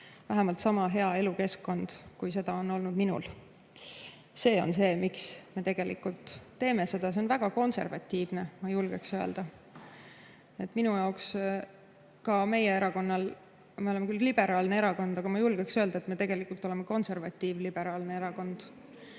vähemalt sama hea elukeskkond, kui on olnud minul. See on see, miks me tegelikult seda [kõike] teeme. See on väga konservatiivne, ma julgeksin öelda. Minu jaoks ja ka meie erakonna jaoks – me oleme küll liberaalne erakond, aga ma julgeksin öelda, et me tegelikult oleme konservatiiv‑liberaalne erakond